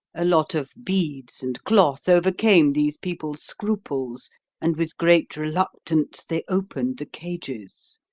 a lot of beads and cloth overcame these people's scruples and with great reluctance they opened the cages.